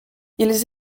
ils